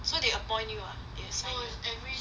so they appoint you ah as a